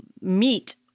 meet